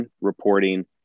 reporting